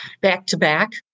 back-to-back